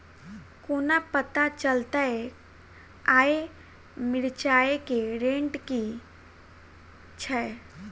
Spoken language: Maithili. कोना पत्ता चलतै आय मिर्चाय केँ रेट की छै?